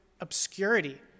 obscurity